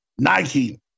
Nike